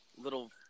Little